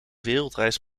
wereldreis